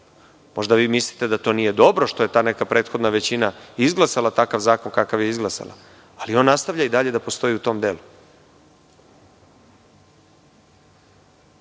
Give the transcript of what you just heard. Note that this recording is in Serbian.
možda vi mislite da to nije dobro što je ta neka prethodna većina izglasala takav zakon kakav je izglasala, ali on nastavlja i dalje da postoji u tom delu. Sa